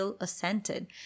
assented